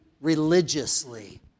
religiously